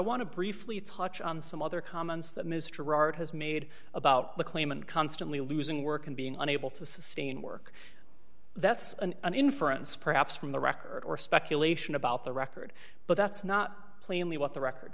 want to briefly touch on some other comments that mr art has made about the claim and constantly losing work and being unable to sustain work that's an inference perhaps from the record or speculation about the record but that's not plainly what the record